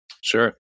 Sure